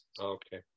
Okay